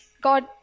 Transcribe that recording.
God